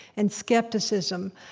and skepticism,